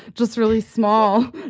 just really small